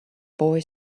boy